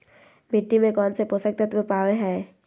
मिट्टी में कौन से पोषक तत्व पावय हैय?